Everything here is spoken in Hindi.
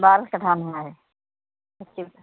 बाल कटवाना है अच्छे